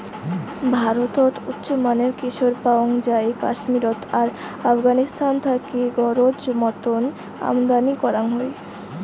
ভারতত উচ্চমানের কেশর পাওয়াং যাই কাশ্মীরত আর আফগানিস্তান থাকি গরোজ মতন আমদানি করাং হই